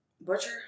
Butcher